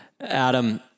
Adam